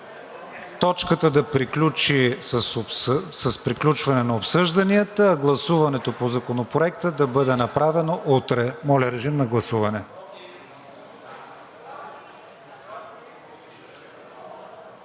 точката да приключи с приключване на обсъжданията, а гласуването по Законопроекта да бъде направено утре. Гласували